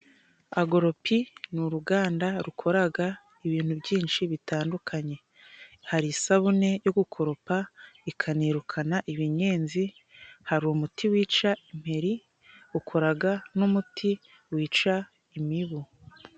Agolopi ni uruganda rukoraga ibintu byinshi bitandukanye hari: isabune yo gukoropa ikanirukana ibinyenzi ,hari umuti wica imperi ,rukoraga n'umuti wica imibu.